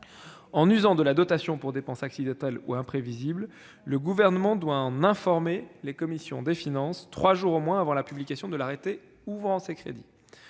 recourant à la dotation relative aux dépenses accidentelles et imprévisibles, le Gouvernement doit en informer les commissions des finances trois jours au moins avant la publication de l'arrêté ouvrant ces crédits.